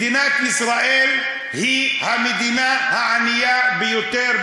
מדינת ישראל היא המדינה הענייה ביותר,